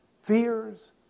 fears